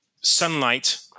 sunlight